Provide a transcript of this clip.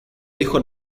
dijo